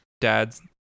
dad's